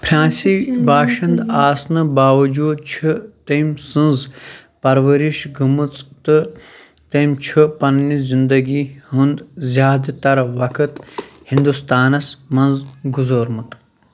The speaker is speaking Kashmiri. فرٛانسی باشَنٛدٕ آسنہٕ باوجوٗد چھُ تٔمۍ سٕنٛز پرورِش گٔمٕژ تہٕ تٔمۍ چھُ پنٛنہِ زِنٛدگی ہُنٛد زیٛادٕ تَر وقت ہِنٛدُستانَس منٛز گُزورمُت